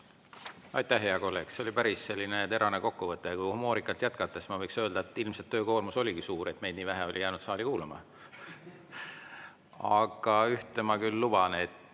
Aitäh, hea kolleeg! See oli päris terane kokkuvõte. Kui humoorikalt jätkata, siis ma võiks öelda, et ilmselt töökoormus oligi suur, nii et meid oli nii vähe jäänud saali kuulama. Aga ühte ma küll luban,